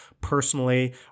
personally